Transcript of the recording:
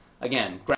again